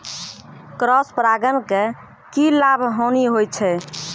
Cross परागण के की लाभ, हानि होय छै?